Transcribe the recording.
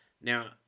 Now